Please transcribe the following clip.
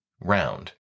round